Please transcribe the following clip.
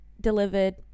delivered